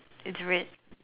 it's red